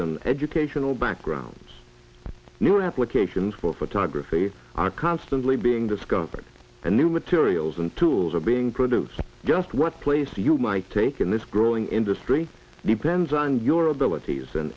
and educational backgrounds new applications for photography are constantly being discovered a new materials and tools are being produced just what place you might take in this growing industry depends on your abilities and